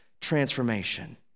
transformation